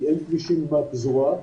באין כבישים בפזורה,